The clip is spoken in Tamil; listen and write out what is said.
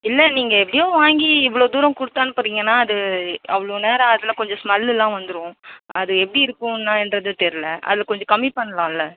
இல்லை நீங்கள் எப்படியும் வாங்கி இவ்வளோ தூரம் கொடுத்து அனுப்புறீங்கனா அது அவ்வளோ நேரம் ஆகுதுல்ல கொஞ்சம் ஸ்மெல்லலாம் வந்துடும் அது எப்படி இருக்கும் என்னன்றது தெரில அதில் கொஞ்சம் கம்மி பண்ணலாம்ல